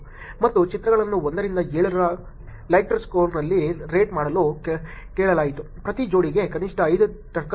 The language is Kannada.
ಮತ್ತು ಚಿತ್ರಗಳನ್ನು 1 ರಿಂದ 7 ರ ಲೈಕ್ರ್ಟ್ ಸ್ಕೇಲ್ನಲ್ಲಿ ರೇಟ್ ಮಾಡಲು ಕೇಳಲಾಯಿತು ಪ್ರತಿ ಜೋಡಿಗೆ ಕನಿಷ್ಠ 5 ಟರ್ಕರ್ಗಳು